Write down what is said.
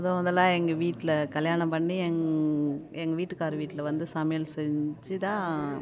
முதல் முதலா எங்கள் வீட்டில் கல்யாணம் பண்ணி எங் எங்கள் வீட்டுக்காரர் வீட்டில் வந்து சமையல் செஞ்சு தான்